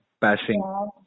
passing